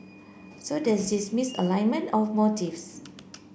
so there's this misalignment of motives